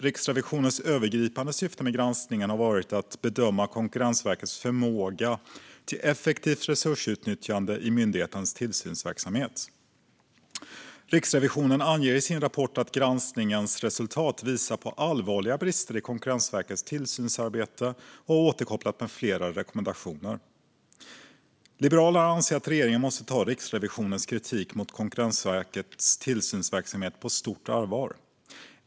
Riksrevisionens övergripande syfte med granskningen har varit att bedöma Konkurrensverkets förmåga till effektivt resursutnyttjande i sin tillsynsverksamhet. Riksrevisionen anger i sin rapport att granskningens resultat visar på allvarliga brister i Konkurrensverkets tillsynsarbete och har återkopplat med flera rekommendationer. Liberalerna anser att regeringen måste ta Riksrevisionens kritik mot Konkurrensverkets tillsynsverksamhet på stort allvar.